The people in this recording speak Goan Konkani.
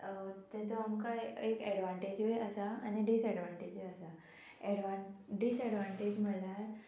तेजो आमकां एक एडवांटेजूय आसा आनी डिसएडवांटेजूय आसा एडवान डिसएडवांटेज म्हणल्यार